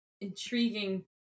intriguing